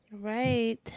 Right